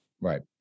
Right